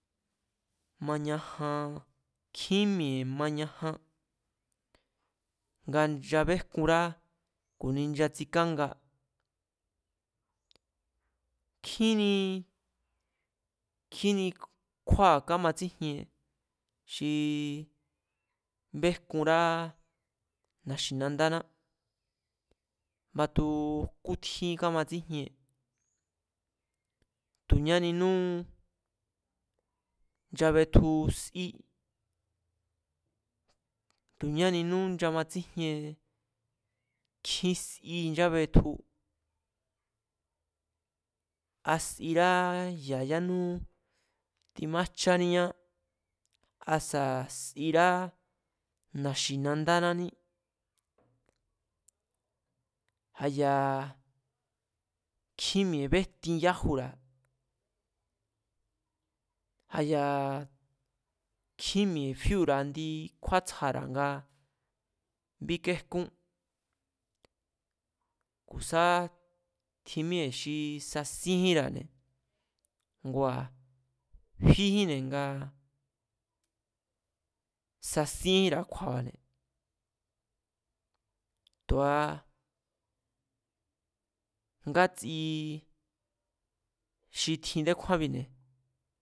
Mañajan. Nkjín mi̱e̱ mañajan, nga chabejkunrá ku̱ni nchatsikánga, nkjínii, nkjíni kjúáa̱ kámatsíjienn- xi bejkunrá na̱xi̱nandáná batu jkútjí kámatsíjien tu̱ñáninú nchabetju sí, tu̱ ñáninú nchamatsíjien, nkjín si nchábetju. A sirá ya̱ yánú timájcháníá, asa̱ sirá na̱xi̱nandánání, a̱ya̱ nkjín mi̱e̱ béjtin yájura̱, a̱ya̱ kjín mi̱e̱ fíu̱ra̱ kjindi kjúátsjara̱ nga bíkéjkún. Ku̱ sá tjin míée̱ xi sasíénjínra̱ ngua̱ fíjínne̱ ngaa sasíéíra̱ kju̱a̱ba̱ne̱, tu̱a ngátsi xi tjin ndekjúábi̱ne̱